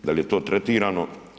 Da li je to tretirano?